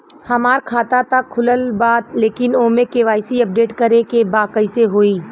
हमार खाता ता खुलल बा लेकिन ओमे के.वाइ.सी अपडेट करे के बा कइसे होई?